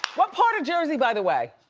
what part of jersey by the way?